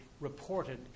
reported